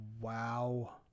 Wow